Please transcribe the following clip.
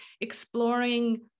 exploring